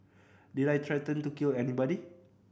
did I threaten to kill anybody